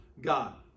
god